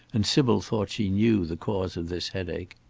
and sybil thought she knew the cause of this headache.